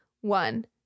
one